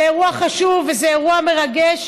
זה אירוע חשוב וזה אירוע מרגש,